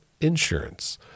insurance